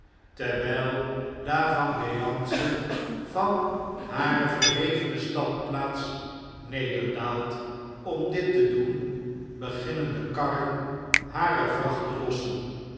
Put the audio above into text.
terwijl la vengeance van hare verhevene standplaats nederdaalt om dit te doen beginnen de karren hare vracht te lossen